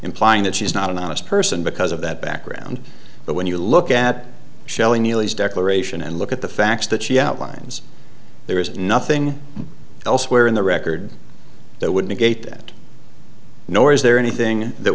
implying that she's not an honest person because of that background but when you look at shelley neely's declaration and look at the facts that she outlines there is nothing elsewhere in the record that would negate that nor is there anything that